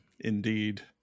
Indeed